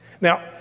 Now